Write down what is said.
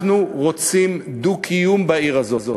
אנחנו רוצים דו-קיום בעיר הזאת.